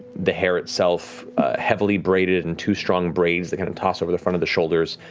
the hair itself heavily braided in two strong braids they and and toss over the front of the shoulders,